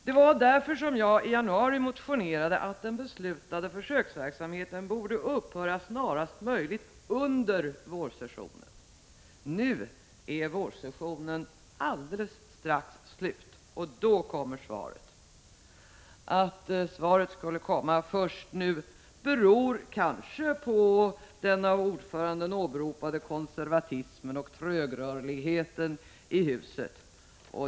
Det var därför som jag i januari motionerade om att den beslutade försöksverksamheten borde upphöra snarast möjligt under vårsessionen. Nu är vårsessionen alldeles strax slut, och då kommer svaret. Att det skulle komma först nu beror kanske på den av utskottsordföranden åberopade konservatismen och trögrörligheten i huset.